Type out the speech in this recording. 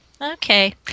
Okay